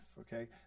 okay